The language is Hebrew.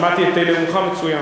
שמעתי את נאומך מצוין,